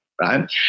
right